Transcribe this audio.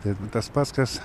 tai tas pats kas